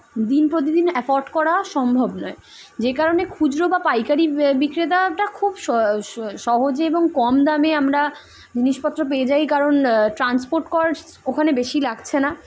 দিন প্রতিদিন অ্যাফোর্ট করা সম্ভব নয় যে কারণে খুচরো বা পাইকারি বিক্রেতাটা খুব সহজে এবং কম দামে আমরা জিনিসপত্র পেয়ে যাই কারণ ট্রান্সপোর্ট কস্ট ওখানে বেশি লাগছে না